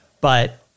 But-